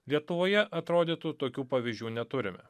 lietuvoje atrodytų tokių pavyzdžių neturime